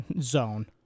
zone